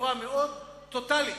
בצורה מאוד טוטלית,